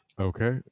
Okay